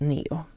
Neo